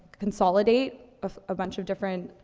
consolidate af a bunch of different,